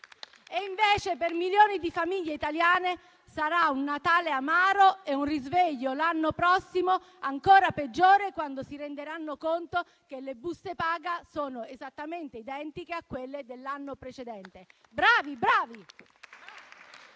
Invece, per milioni di famiglie italiane sarà un Natale amaro e un risveglio, l'anno prossimo, ancora peggiore, quando si renderanno conto che le buste paga sono esattamente identiche a quelle dell'anno precedente. Bravi, bravi!